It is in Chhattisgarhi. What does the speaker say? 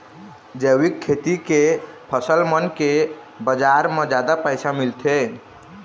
जैविक खेती के फसल मन के बाजार म जादा पैसा मिलथे